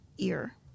ear